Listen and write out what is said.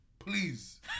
Please